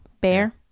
bear